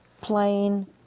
plain